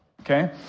okay